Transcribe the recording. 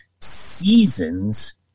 seasons